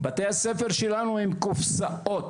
בתי הספר שלנו הם קופסאות,